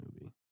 movie